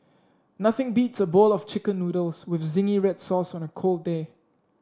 nothing beats a bowl of chicken noodles with zingy red sauce on a cold day